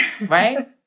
right